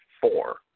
four